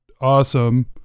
awesome